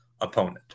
opponent